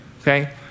Okay